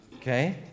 Okay